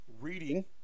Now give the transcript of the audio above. Reading